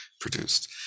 produced